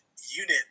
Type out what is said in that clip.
unit